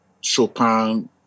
Chopin